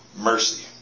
mercy